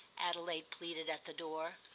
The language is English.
adelaide pleaded at the door.